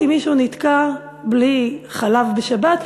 אם מישהו נתקע בלי חלב בשבת,